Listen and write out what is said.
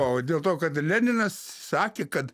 o dėl to kad leninas sakė kad